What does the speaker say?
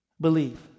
believe